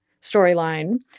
storyline